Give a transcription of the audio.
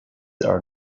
are